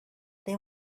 they